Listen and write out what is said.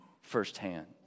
firsthand